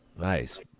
Nice